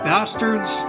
Bastards